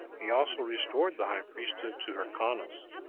he also restored the high priesthood to hyrcanus,